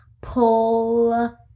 pull